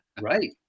Right